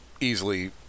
easily